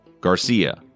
Garcia